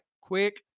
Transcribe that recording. quick